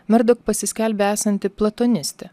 merdok pasiskelbė esanti platonistė